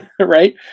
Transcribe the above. right